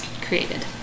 created